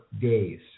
days